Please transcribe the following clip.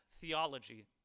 theology